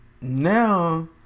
Now